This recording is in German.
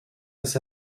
das